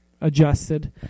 adjusted